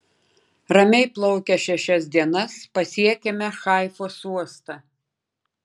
ramiai plaukę šešias dienas pasiekėme haifos uostą